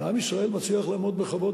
ועם ישראל מצליח לעמוד בכבוד,